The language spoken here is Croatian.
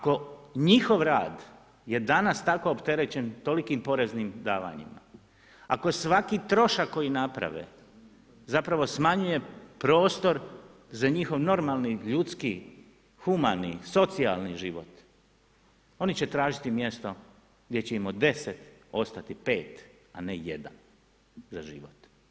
Ako njihov rad je danas tako opterećen, tolikim poreznim davanjima, ako svaki trošak koji naprave zapravo smanjuje prostor za njihov normalni, ljudski, humani, socijalni život, oni će tražiti mjesto gdje će im od 10 ostati 5, a ne jedan za život.